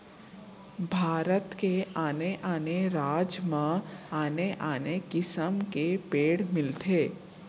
भारत के आने आने राज म आने आने किसम के पेड़ मिलथे